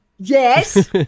yes